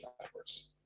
networks